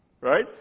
Right